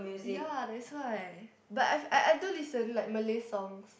ya that's why but I've I I do listen like Malay songs